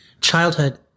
childhood